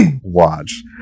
watch